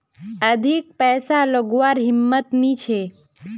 अधिक पैसा लागवार हिम्मत नी छे